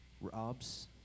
robs